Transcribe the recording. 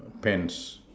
pants